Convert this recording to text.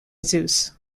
zeus